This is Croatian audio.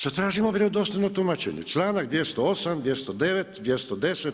Zatražimo vjerodostojno tumačenje, članak 208., 209., 210.